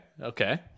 okay